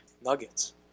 Nuggets